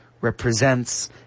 represents